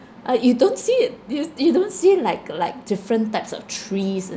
uh you don't see it you you don't see like like different types of trees